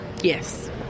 Yes